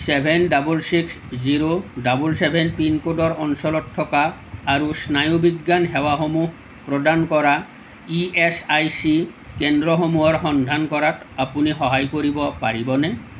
seven double six zero double seven পিনক'ডৰ অঞ্চলত থকা আৰু স্নায়ুবিজ্ঞান সেৱাসমূহ প্ৰদান কৰা ই এচ আই চি কেন্দ্ৰসমূহৰ সন্ধান কৰাত আপুনি সহায় কৰিব পাৰিবনে